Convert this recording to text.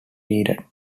needed